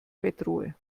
bettruhe